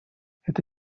это